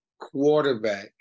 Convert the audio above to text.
quarterback